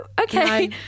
okay